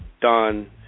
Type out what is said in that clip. done